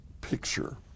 picture